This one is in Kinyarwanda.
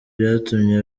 byatumye